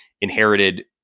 inherited